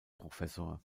professor